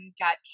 got